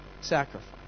sacrifice